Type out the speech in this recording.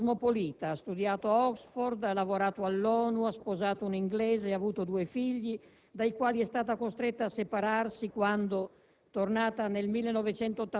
Ha avuto una formazione cosmopolita: ha studiato ad Oxford, ha lavorato all'ONU, ha sposato un inglese ed ha avuto due figli dai quali è stata costretta a separarsi quando,